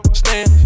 stand